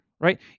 right